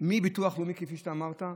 מביטוח לאומי, כפי שאתה אמרת,